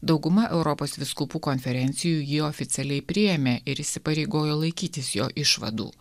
dauguma europos vyskupų konferencijų jį oficialiai priėmė ir įsipareigojo laikytis jo išvadų